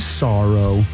sorrow